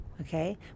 Okay